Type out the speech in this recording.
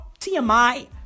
TMI